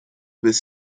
with